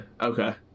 Okay